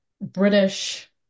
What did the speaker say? British